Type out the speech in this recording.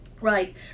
Right